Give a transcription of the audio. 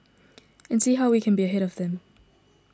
and see how we can be ahead of them